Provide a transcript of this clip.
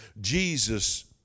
Jesus